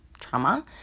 trauma